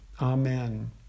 Amen